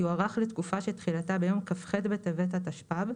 יוארך לתקופה שתחילתה ביום כ"ח בטבת התשפ"ב